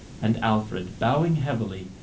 and alfred, bowing heavily,